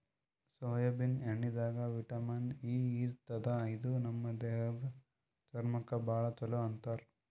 soybean ಎಣ್ಣಿದಾಗ್ vitamin E ಇರ್ತದ್ ಇದು ನಮ್ ದೇಹದ್ದ್ ಚರ್ಮಕ್ಕಾ ಭಾಳ್ ಛಲೋ ಅಂತಾರ್